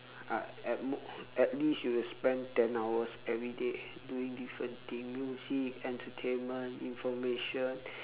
I at most at least you spend ten hours everyday doing different thing music entertainment information